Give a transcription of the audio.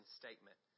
statement